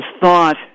thought